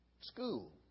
school